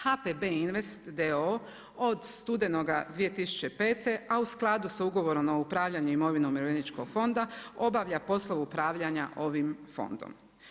HPB Invest d.o.o. od studenoga 2005. a u skladu sa ugovorom o upravljanju imovinom Umirovljeničkog fonda obavlja poslove upravljanja ovim fondom.